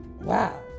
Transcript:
wow